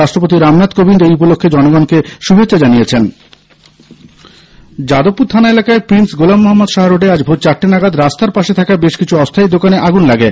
রাষ্ট্রপতি রামনাথ কোবিন্দ এই উপলক্ষ্যে জনগণকে শুভেচ্ছা জানিয়েছেন যাদবপুর থানা এলাকায় প্রিন্স গোলাম মহম্মদ শাহ্ রোডে আজ ভোর চারটে নাগাদ রাস্তার পাশে থাকা বেশকিছু অস্হায়ী দোকানে আগুন লাগে